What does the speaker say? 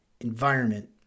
environment